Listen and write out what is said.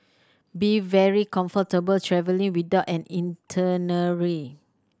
be very comfortable travelling without an itinerary